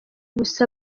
gusa